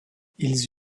ils